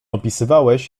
opisywałeś